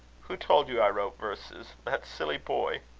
who told you i wrote verses? that silly boy?